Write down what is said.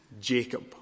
Jacob